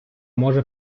може